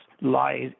lies